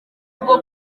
nubwo